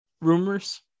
Rumors